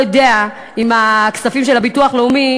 יודעים את מי הכספים של הביטוח הלאומי